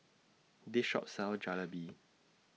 This Shop sells Jalebi